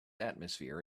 atmosphere